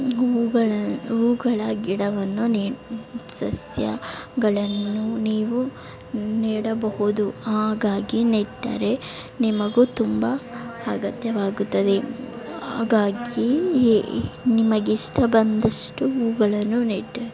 ಹೂವುಗಳ ಹೂವುಗಳ ಗಿಡವನ್ನು ನೆ ಸಸ್ಯಗಳನ್ನು ನೀವು ನೆಡಬಹುದು ಹಾಗಾಗಿ ನೆಟ್ಟರೆ ನಿಮಗೂ ತುಂಬ ಅಗತ್ಯವಾಗುತ್ತದೆ ಹಾಗಾಗಿ ಈ ನಿಮಗಿಷ್ಟ ಬಂದಷ್ಟು ಹೂವುಗಳನ್ನು ನೆಟ್ಟು